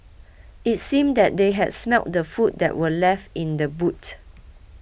it seemed that they had smelt the food that were left in the boot